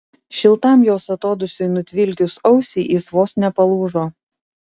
šiltam jos atodūsiui nutvilkius ausį jis vos nepalūžo